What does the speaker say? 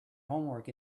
homework